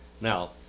Now